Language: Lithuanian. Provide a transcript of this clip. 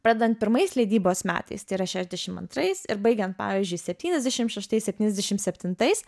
pradedant pirmais leidybos metais tai yra šešiasdešimt antrais ir baigiant pavyzdžiui septyniasdešimt šeštais septyniasdešimt septintais